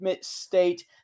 State